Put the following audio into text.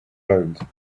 round